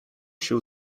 się